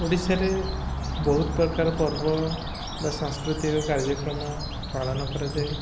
ଓଡ଼ିଶାରେ ବହୁତ ପ୍ରକାର ପର୍ବ ବା ସାଂସ୍କୃତିକ କାର୍ଯ୍ୟକ୍ରମ ପାଳନ କରାଯାଏ